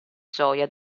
gioia